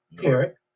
Correct